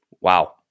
Wow